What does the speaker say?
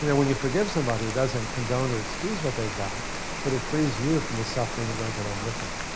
and when you forgive somebody, it doesn't condone or excuse what they've done but it frees you from the suffering that goes along with that.